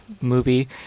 movie